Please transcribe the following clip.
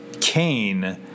Cain